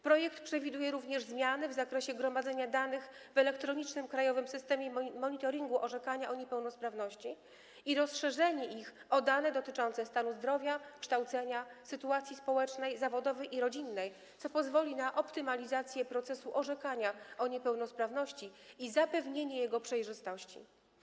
Projekt przewiduje również zmiany w zakresie gromadzenia danych w Elektronicznym Krajowym Systemie Monitoringu Orzekania o Niepełnosprawności i rozszerzenie ich zakresu o dane dotyczące stanu zdrowia, kształcenia, sytuacji społecznej, zawodowej i rodzinnej, co pozwoli na optymalizację procesu orzekania o niepełnosprawności i zapewnienie jego przejrzystości.